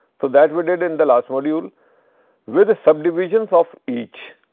so, that we did in the last module with subdivisions of each.